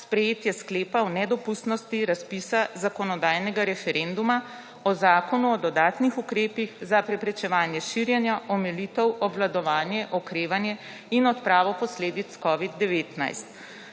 sprejetje sklepa o nedopustnosti razpisa zakonodajnega referenduma o Zakonu o dodatnih ukrepih za preprečevanje širjenja, omilitev, obvladovanje, okrevanje in odpravo posledic COVID-19.